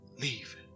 Leave